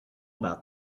about